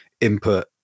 input